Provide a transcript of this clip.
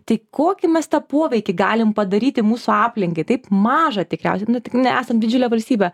tai kokį mes tą poveikį galim padaryti mūsų aplinkai taip mažą tikriausiai nu tik ne esant didžiulę valstybę